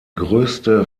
größte